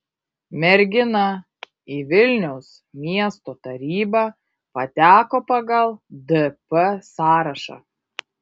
mergina į vilniaus miesto tarybą pateko pagal dp sąrašą